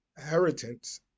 inheritance